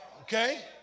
Okay